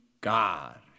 God